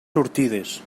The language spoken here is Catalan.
sortides